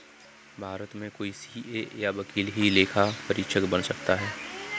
भारत में कोई सीए या वकील ही लेखा परीक्षक बन सकता है